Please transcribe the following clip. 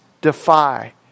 defy